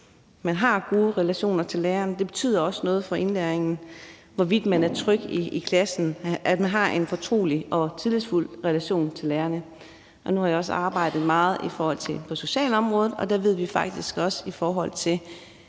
man har gode relationer til lærerne. Det betyder også noget for indlæringen, at man er tryg i klassen, og at man har en fortrolig og tillidsfuld relation til lærerne. Nu har jeg også arbejdet meget på socialområdet, og der ved vi faktisk også, at det